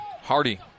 Hardy